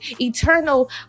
eternal